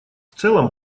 целом